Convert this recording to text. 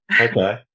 Okay